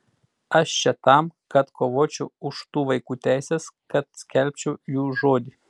aš čia tam kad kovočiau už tų vaikų teises kad skelbčiau jų žodį